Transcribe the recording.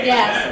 Yes